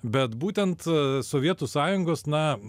bet būtent sovietų sąjungos na